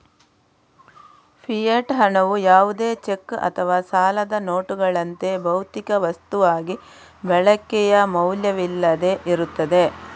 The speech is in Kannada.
ಫಿಯೆಟ್ ಹಣವು ಯಾವುದೇ ಚೆಕ್ ಅಥವಾ ಸಾಲದ ನೋಟುಗಳಂತೆ, ಭೌತಿಕ ವಸ್ತುವಾಗಿ ಬಳಕೆಯ ಮೌಲ್ಯವಿಲ್ಲದೆ ಇರುತ್ತದೆ